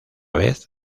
vez